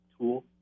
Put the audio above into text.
tool